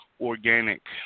organic